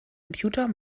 computer